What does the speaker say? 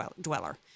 dweller